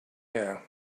here